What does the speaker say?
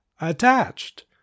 Attached